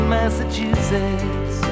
Massachusetts